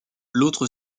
l’autre